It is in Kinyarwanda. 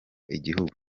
igihugu